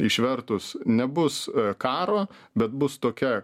išvertus nebus karo bet bus tokia